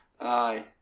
aye